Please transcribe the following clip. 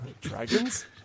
Dragons